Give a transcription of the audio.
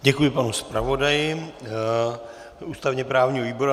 Děkuji panu zpravodaji ústavněprávního výboru.